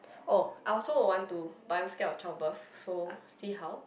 oh I also will want to but I'm scared of child birth so see how